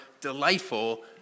delightful